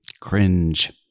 Cringe